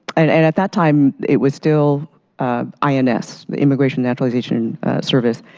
and and at that time it was still ins, immigration naturalization service.